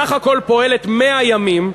סך הכול פועלת 100 ימים,